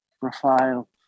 profile